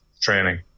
training